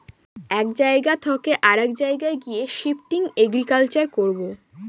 এক জায়গা থকে অরেক জায়গায় গিয়ে শিফটিং এগ্রিকালচার করবো